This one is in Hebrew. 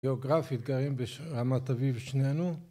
‫גאוגרפית גרים ברמת אביב שנינו.